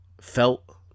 Felt